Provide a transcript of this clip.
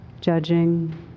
judging